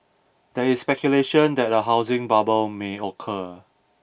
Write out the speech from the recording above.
there is speculation that a housing bubble may occur